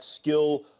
skill